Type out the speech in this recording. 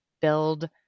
build